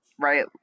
Right